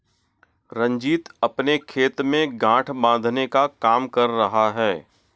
रंजीत अपने खेत में गांठ बांधने का काम कर रहा है